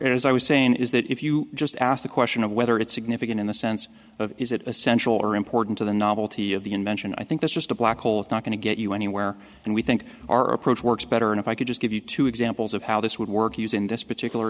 as i was saying is that if you just ask the question of whether it's significant in the sense of is it essential or important to the novelty of the invention i think that's just a black hole it's not going to get you anywhere and we think our approach works better if i could just give you two examples of how this would work using this particular